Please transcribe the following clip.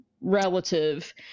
relative